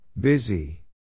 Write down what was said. Busy